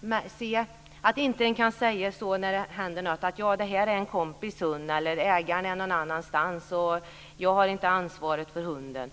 När det händer något ska man inte kunna säga att det här är en kompis hund, att ägaren är någon annanstans eller att jag inte har ansvaret för hunden.